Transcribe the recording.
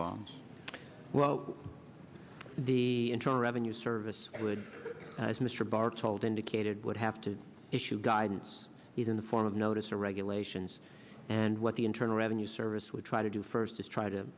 bombs well the internal revenue service would as mr barr told indicated would have to issue guidance even the form of notice or regulations and what the internal revenue service would try to do first is try to